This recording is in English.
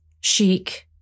chic